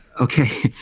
Okay